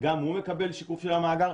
גם הוא מקבל שיקוף של המאגר.